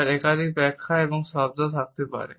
যার একাধিক ব্যাখ্যা এবং শব্দ থাকতে পারে